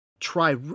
try